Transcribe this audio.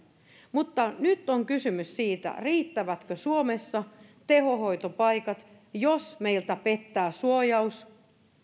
mutta nyt on kysymys siitä riittävätkö suomessa tehohoitopaikat jos meiltä pettää suojaus